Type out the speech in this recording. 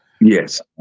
Yes